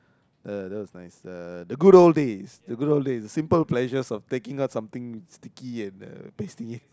uh that was nice uh the good old days the good old days simple pleasures of taking out something sticky and uh pasting it